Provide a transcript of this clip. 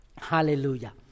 Hallelujah